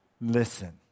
listen